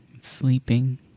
sleeping